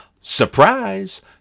surprise